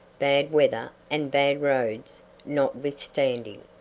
bad weather and bad roads notwithstanding.